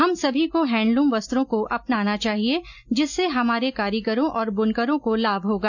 हम सभी को हैंडलुम वस्त्रों को अपनाना चाहिये जिससे हमारे कारीगरों और बुनकरों को लाभ होगा